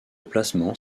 placement